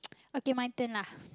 okay my turn lah